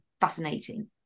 fascinating